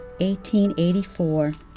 1884